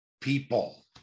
people